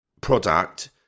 product